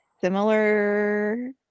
similar